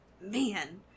man